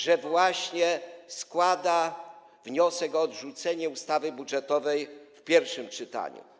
że właśnie składa wniosek o odrzucenie ustawy budżetowej w pierwszym czytaniu.